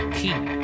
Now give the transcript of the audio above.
keep